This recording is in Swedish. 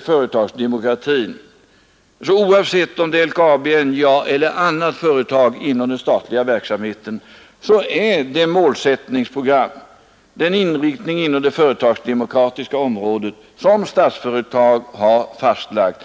företagsdemokratin beträffar vill jag säga till fru Marklund, att oavsett om det är fråga om LKAB, NJA eller något annat företag inom den statliga verksamheten är det målsättningsprogram vägledande som Statsföretag har fastlagt.